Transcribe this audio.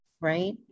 Right